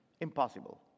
Impossible